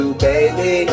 baby